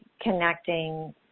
connecting